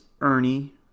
ernie